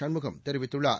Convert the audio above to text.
சண்முகம் தெரிவித்துள்ளார்